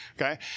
Okay